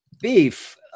beef